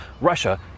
Russia